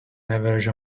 average